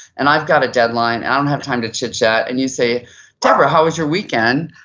and i've got a deadline and i don't have time to chit chat and you say debra, how was your weekend?